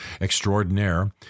extraordinaire